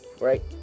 right